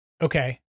Okay